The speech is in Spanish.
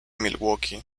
milwaukee